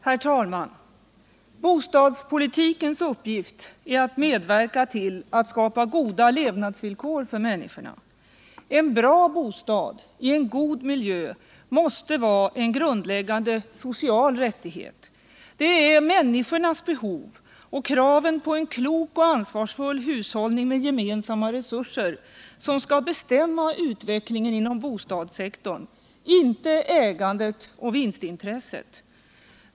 Herr talman! Bostadspolitikens uppgift är att medverka till att skapa goda levnadsvillkor för människorna. En bra bostad i en god miljö måste vara en grundläggande social rättighet. Det är människornas behov och kraven på en klok och ansvarsfull hushållning med gemensamma resurser som skall bestämma utvecklingen inom bostadssektorn, inte ägandet och vinstintresset.